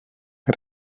que